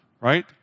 right